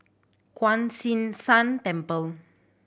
Kuan Yin San Temple